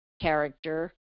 character